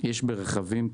יש ברכבים כבדים.